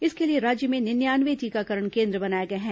इसके लिए राज्य में निन्यानवे टीकाकरण केन्द्र बनाए गए हैं